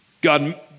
God